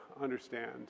understand